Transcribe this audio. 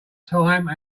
time